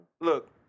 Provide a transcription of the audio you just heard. Look